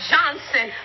Johnson